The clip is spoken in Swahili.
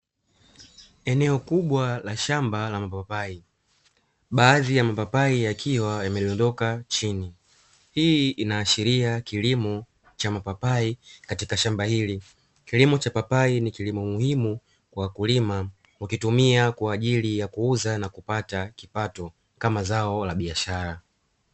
Eneo kubwa la shamba la mapapai, baadhi ya mapapai yakiwa yamedondoka chini. Hii inaashiria kilimo cha mapapai katika shamba hili. Kilimo cha papai ni kilimo muhimu kwa wakulima wakitumia kwa ajili ya kuuza na kupata kipato kama zao la biashara.